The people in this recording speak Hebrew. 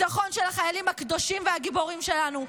ניצחון של החיילים הקדושים והגיבורים שלנו.